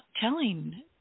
telling